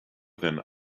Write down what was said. than